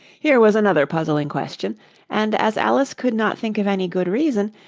here was another puzzling question and as alice could not think of any good reason,